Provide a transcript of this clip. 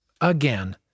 Again